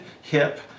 hip